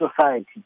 society